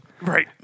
right